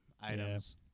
items